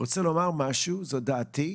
רוצה לומר משהו, זו דעתי,